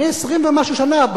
אני 20 ומשהו שנה,